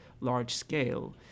large-scale